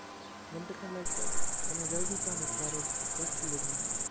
گنٹہٕ کھنڈ لَگسہٕ حظ یِنہٕ حظ جلدی پَہن کر حظ ژٕ بوٚچھِ چھِ لٔجمٕژ